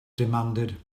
demanded